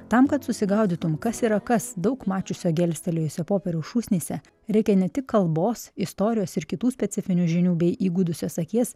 tam kad susigaudytum kas yra kas daug mačiusio gelstelėjusio popieriaus šūsnyse reikia ne tik kalbos istorijos ir kitų specifinių žinių bei įgudusios akies